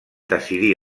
decidí